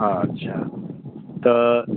हॅं अच्छा तऽ